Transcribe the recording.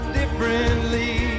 differently